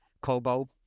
Kobo